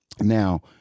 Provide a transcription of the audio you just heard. Now